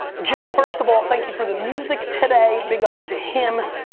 jay, first of all, thank you for the music, today. big ups to him.